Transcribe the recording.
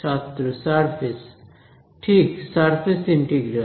ছাত্র সারফেস ঠিক surface integral